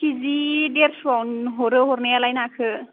केजि देरस' हरो हरनायालाय नाखौ